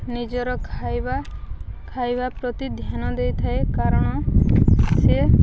ନିଜର ଖାଇବା ଖାଇବା ପ୍ରତି ଧ୍ୟାନ ଦେଇଥାଏ କାରଣ ସେ